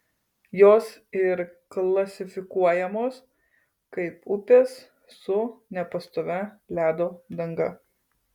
jos ir klasifikuojamos kaip upės su nepastovia ledo danga